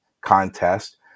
contest